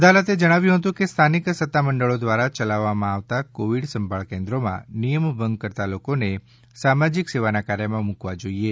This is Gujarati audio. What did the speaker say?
અદાલતે જણાવ્યું હતું કે સ્થાનિક સત્તામંડળો દ્વારા યલાવવામાં આવતા કોવિડ સંભાળ કેન્દ્રો માં નિયમ ભંગ કરતાં લોકોને સામાજિક સેવાના કાર્યમાં મૂકવા જોઈએ